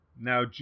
Now